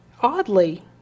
Oddly